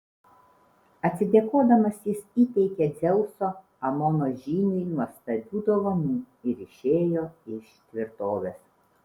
atsidėkodamas jis įteikė dzeuso amono žyniui nuostabių dovanų ir išėjo iš tvirtovės